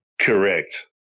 Correct